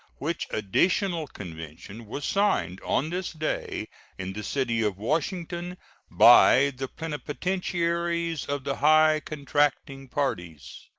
which additional convention was signed on this day in the city of washington by the plenipotentiaries of the high contracting parties.